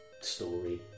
story